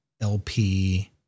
LP